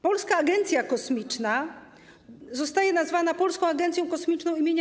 Polska Agencja Kosmiczna zostaje nazwana Polską Agencją Kosmiczną im.